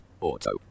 auto